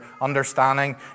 understanding